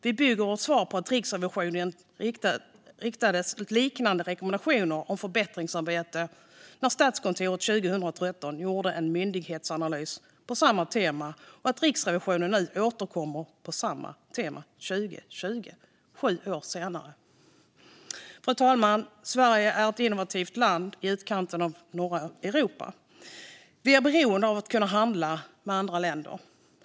Vi bygger vårt svar på att Riksrevisionen riktade liknande rekommendationer om förbättringsarbete när Statskontoret 2013 gjorde en myndighetanalys på samma tema och att Riksrevisionen nu återkommer på samma tema 2020, sju år senare. Fru talman! Sverige är ett innovativt land i utkanten av norra Europa. Vi är beroende av att kunna handla med andra länder.